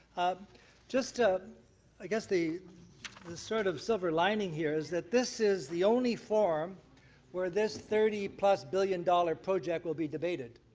um ah i guess the the sort of silver lining here is that this is the only forum where this thirty plus billion dollar project will be debated.